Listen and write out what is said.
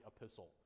epistle